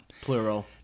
Plural